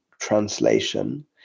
Translation